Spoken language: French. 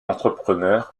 entrepreneurs